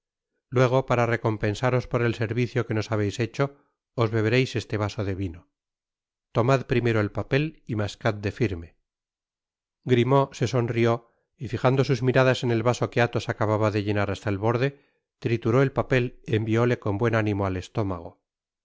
luego para recompensaros por el servicio que nos habeis hecho os bebereis este vaso de vino tomad primero el papel y mascad de firme grimaud se sonrió y fijando sus miradas en el vaso que athos acababa de llenar hasta el borde trituró el papel y envióle con buen ánimo al estómago